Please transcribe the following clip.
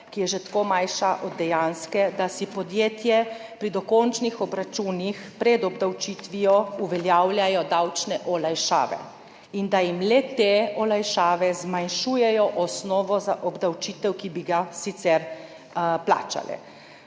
ki je že tako manjša od dejanske? Da si podjetja pri dokončnih obračunih pred obdavčitvijo uveljavljajo davčne olajšave in da jim te olajšave zmanjšujejo osnovo za obdavčitev, ki bi jo sicer plačale,